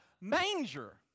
manger